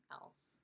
else